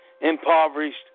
impoverished